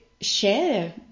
share